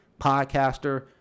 Podcaster